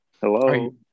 Hello